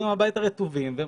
וזה